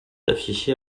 affichés